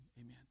amen